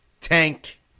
tank